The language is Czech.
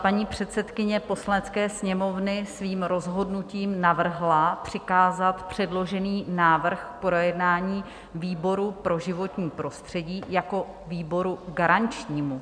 Paní předsedkyně Poslanecké sněmovny svým rozhodnutím navrhla přikázat předložený návrh k projednání výboru pro životní prostředí jako výboru garančnímu.